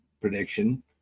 prediction